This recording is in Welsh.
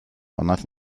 wnaeth